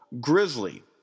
Grizzly